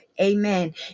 Amen